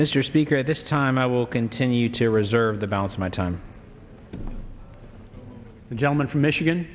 mr speaker at this time i will continue to reserve the balance of my time the gentleman from michigan